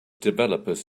developers